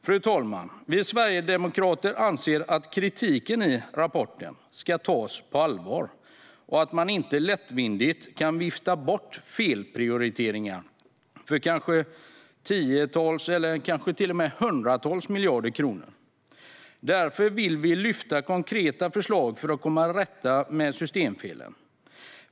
Fru talman! Vi sverigedemokrater anser att kritiken i rapporten ska tas på allvar och att man inte lättvindigt kan vifta bort felprioriteringar för tiotals, eller kanske till och med hundratals, miljarder kronor. Därför vill vi lyfta fram konkreta förslag för att komma till rätta med systemfelen.